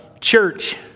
church